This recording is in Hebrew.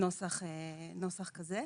נוסח כזה.